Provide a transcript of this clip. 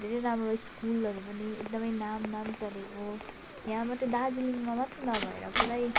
धेरै राम्रो स्कुलहरू पनि एकदम नाम नाम चलेको यहाँ मात्र दार्जिलिङमा मात्र नभएर पुरा